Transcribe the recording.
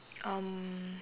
um